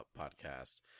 podcast